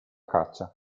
caccia